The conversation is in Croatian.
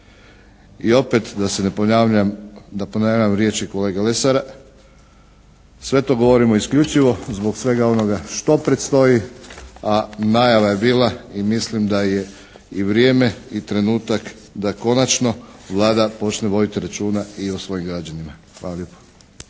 ponavljam, da ponavljam riječi kolege Lesara sve to govorimo isključivo zbog svega onoga što predstoji, a najava je bila i mislim da je i vrijeme i trenutak da konačno Vlada počne voditi računa i o svojim građanima. Hvala lijepa.